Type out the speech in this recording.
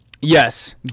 Yes